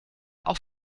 auch